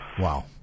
Wow